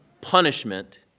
punishment